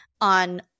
on